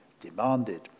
demanded